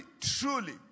truly